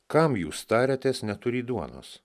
kam jūs tariatės neturį duonos